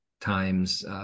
times